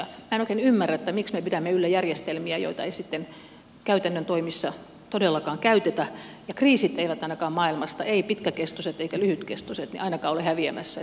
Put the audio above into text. minä en oikein ymmärrä miksi me pidämme yllä järjestelmiä joita ei sitten käytännön toimissa todellakaan käytetä ja kriisit eivät maailmasta ainakaan ole häviämässä eivät pitkäkestoiset eivätkä lyhytkestoiset eli tämä on kyllä minun mielestäni suurta tuhlausta